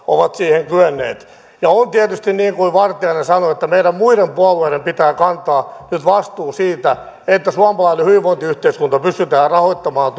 ovat siihen kyenneet ja on tietysti niin kuin vartiainen sanoi että meidän muiden puolueiden pitää kantaa nyt vastuu siitä että suomalainen hyvinvointiyhteiskunta pystytään rahoittamaan